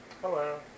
Hello